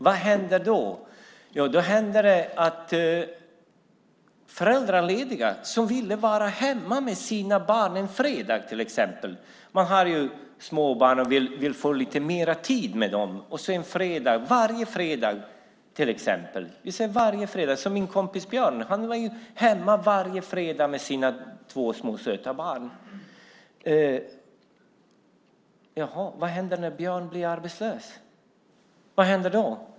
Vad hände då till exempel med föräldralediga som ville vara hemma och få lite mer tid med sina små barn en fredag? Min kompis Björn var hemma varje fredag med sina två små söta barn, och vad händer när Björn blir arbetslös?